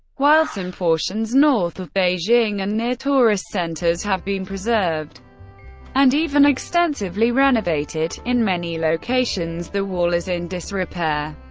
while some portions north of beijing and near tourist centers have been preserved and even extensively renovated, in many locations the wall is in disrepair.